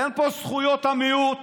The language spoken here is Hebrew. אין פה זכויות המיעוט,